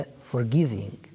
forgiving